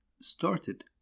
started